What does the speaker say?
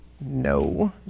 No